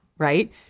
right